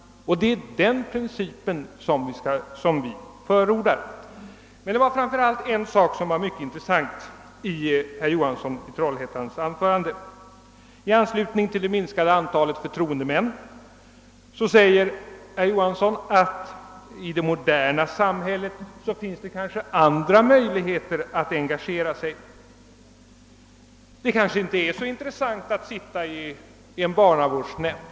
Och det är den principen vi förordar. Det var emellertid framför allt en annan sak i herr Johanssons i Trollhättan anförande som var mycket intressant. På tal om det minskade antalet förtroendemän sade herr Johansson att det i vårt moderna samhälle finns andra möjligheter att engagera sig. Det är kanske inte så intressant att sitta i en barnavårdsnämnd.